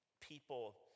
people